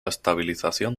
estabilización